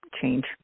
change